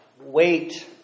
wait